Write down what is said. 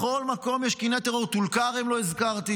בכל מקום יש קיני טרור, את טול כרם לא הזכרתי,